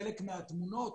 חלק מהתמונות.